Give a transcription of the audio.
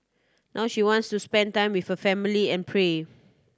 now she wants to spend time with her family and pray